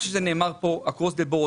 אני חושב שזה נאמר כאן אקרוס זה בורד,